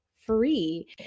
free